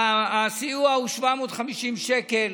הסיוע הוא 750 שקל